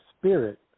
spirit